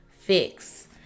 fix